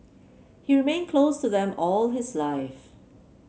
he remained close to them all his life